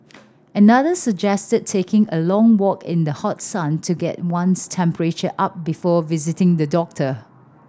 another suggested taking a long walk in the hot sun to get one's temperature up before visiting the doctor